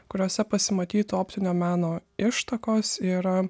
kuriose pasimatytų optinio meno ištakos ir a